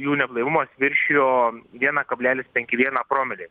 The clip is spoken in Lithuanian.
jų neblaivumas viršijo vieną kablelis penki vieną promilės